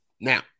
Now